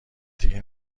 دیگه